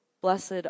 Blessed